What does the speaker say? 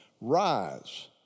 rise